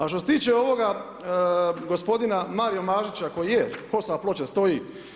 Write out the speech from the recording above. A što se tiče ovoga gospodina Marija Marića koji je, HOS-ova ploča stoji.